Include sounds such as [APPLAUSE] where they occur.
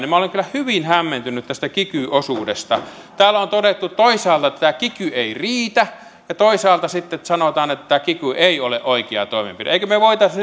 niin minä olen kyllä hyvin hämmentynyt tästä kiky osuudesta täällä on todettu toisaalta että kiky ei riitä ja toisaalta sitten sanotaan että kiky ei ole oikea toimenpide emmekö me voisi [UNINTELLIGIBLE]